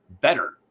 better